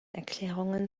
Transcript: erklärungen